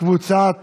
חברי